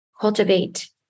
Cultivate